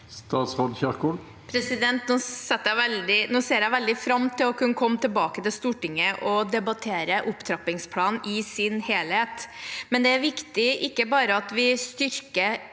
Ingvild Kjerkol Nå ser jeg vel- dig fram til å kunne komme tilbake til Stortinget og debattere opptrappingsplanen i sin helhet. Det er viktig ikke bare at vi styrker